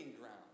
ground